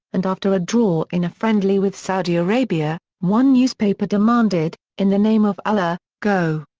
and after a draw in a friendly with saudi arabia, one newspaper demanded in the name of allah, go.